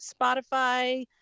Spotify